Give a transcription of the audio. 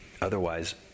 Otherwise